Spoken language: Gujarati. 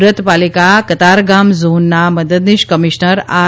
સુરત પાલિકા કતારગામ ઝોનના મદદનીશ કમિશન ર આર